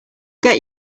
get